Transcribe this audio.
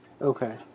Okay